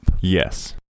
Yes